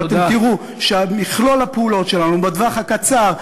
ואתם תראו שמכלול הפעולות שלנו בטווח הקצר,